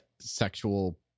sexual